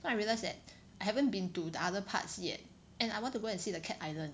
so I realise that I haven't been to the other parts yet and I want to go and see the cat island